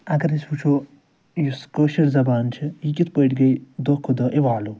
اَگر أسۍ وُچھَو یُس کٲشِر زبان چھِ یہِ کِتھ پٲٹھۍ گٔے دۄہ کھۄتہٕ دۄہ اِوالوٗ